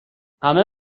همه